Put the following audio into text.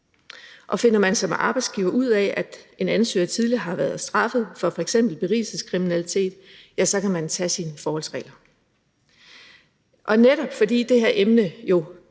Finder man som arbejdsgiver ud af, at en ansøger tidligere har været straffet for f.eks. berigelseskriminalitet, ja, så kan man tage sine forholdsregler. Netop fordi det her emne jo